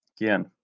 again